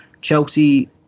Chelsea